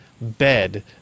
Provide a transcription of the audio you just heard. bed